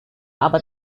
aber